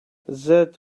that